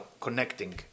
connecting